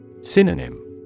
Synonym